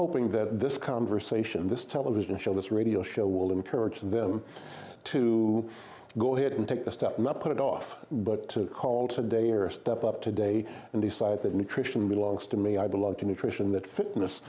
hoping that this conversation this television show this radio show will encourage them to go ahead into not put off but call today or step up today and decide that nutrition belongs to me i belong to nutrition that fitness